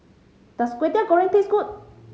does Kwetiau Goreng taste good